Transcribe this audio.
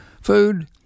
food